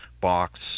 box